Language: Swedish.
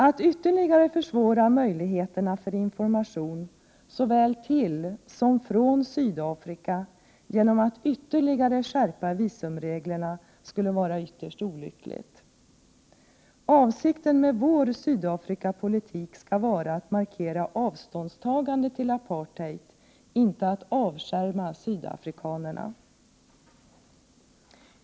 Att ytterligare försvåra möjligheterna för information såväl till som från Sydafrika genom att än mer skärpa visumreglerna skulle vara ytterst olyckligt. Avsikten med vår Sydafrikapolitik skall vara att markera avståndstagande till apartheid, inte att avskärma sydafrikanerna.